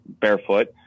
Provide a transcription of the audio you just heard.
barefoot